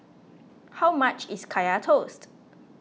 how much is Kaya Toast